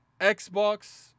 Xbox